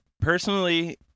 personally